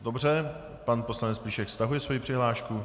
Dobře, pan poslanec Plíšek stahuje svoji přihlášku.